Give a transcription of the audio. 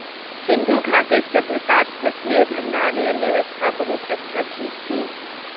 सिंधु घाटीर सभय्तात फसलेर भंडारनेर व्यवस्था बहुत अच्छा छिल की